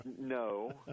no